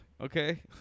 okay